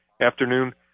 afternoon